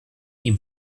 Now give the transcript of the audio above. ihm